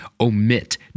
omit